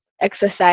exercise